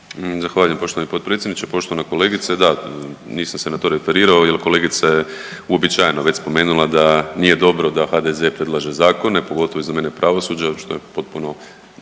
Zahvaljujem poštovani potpredsjedniče. Poštovana kolegice da, nisam se na to referirao jer kolegica je uobičajeno već spomenula da nije dobro da HDZ predlaže zakone pogotovo iz domene pravosuđa što je potpuno